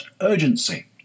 urgency